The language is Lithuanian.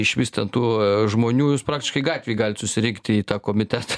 išvis ten tų žmonių jūs praktiškai gatvėj galit susirinkti į tą komitetą